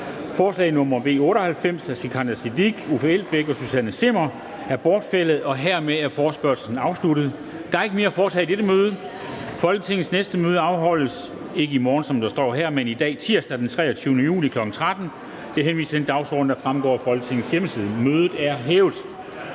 afsluttet. --- Kl. 00:31 Meddelelser fra formanden Formanden (Henrik Dam Kristensen): Der er ikke mere at foretage i dette møde. Folketingets næste møde afholdes ikke i morgen, som der står her, men i dag, tirsdag den 23. juli, kl. 13.00. Jeg henviser til den dagsorden, der fremgår af Folketingets hjemmeside. Mødet er hævet.